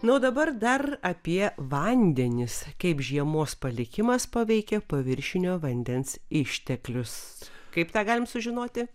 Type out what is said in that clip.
na o dabar dar apie vandenis kaip žiemos palikimas paveikia paviršinio vandens išteklius kaip tą galim sužinoti